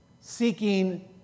Seeking